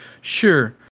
sure